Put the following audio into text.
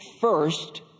first